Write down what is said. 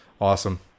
Awesome